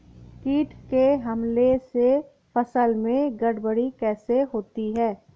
कीट के हमले से फसल में गड़बड़ी कैसे होती है?